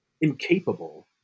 incapable